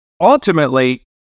Ultimately